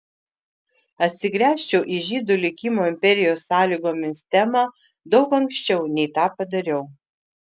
atsigręžčiau į žydų likimo imperijos sąlygomis temą daug anksčiau nei tą padariau